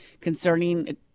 concerning